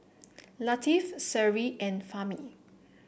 Latif Seri and Fahmi